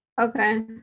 Okay